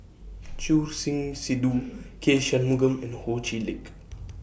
Choor Singh Sidhu K Shanmugam and Ho Chee Lick